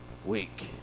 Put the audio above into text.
week